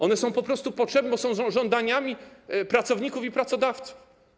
One są po prostu potrzebne, bo są żądaniami pracowników i pracodawców.